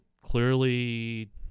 clearly